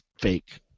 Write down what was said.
fake